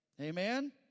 Amen